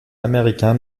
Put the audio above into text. américain